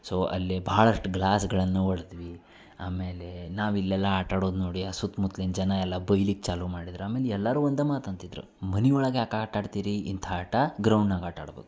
so ಅಲ್ಲಿ ಬಹಳಷ್ಟಟು ಗ್ಲಾಸುಗಳನ್ನು ಒಡೆದ್ವಿ ಆಮೇಲೇ ನಾವು ಇಲ್ಲೆಲ್ಲ ಆಟಾಡೋದು ನೋಡಿ ಆ ಸುತ್ಮುತ್ಲಿನ ಜನ ಎಲ್ಲ ಬೈಯಲಿಕ್ ಚಾಲೂ ಮಾಡಿದ್ರು ಆಮೇಲೆ ಎಲ್ಲರು ಒಂದು ಮಾತಂತಿದ್ದರು ಮನೆ ಒಳಗೆ ಯಾಕೆ ಆಟಾಡ್ತೀರಿ ಇಂಥ ಆಟ ಗ್ರೌಂಡಿನಾಗ ಆಟಾಡ್ಬೇಕು